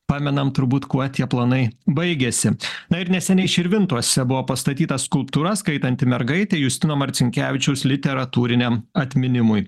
pamenam turbūt kuo tie planai baigėsi na ir neseniai širvintose buvo pastatyta skulptūra skaitanti mergaitė justino marcinkevičiaus literatūriniam atminimui